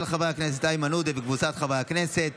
של חבר הכנסת איימן עודה וקבוצת חברי הכנסת.